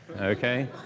Okay